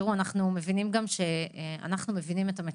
אנחנו מבינים את המצוקה,